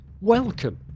welcome